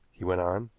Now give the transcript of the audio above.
he went on.